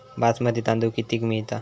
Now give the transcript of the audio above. बासमती तांदूळ कितीक मिळता?